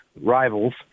rivals